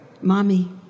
Mommy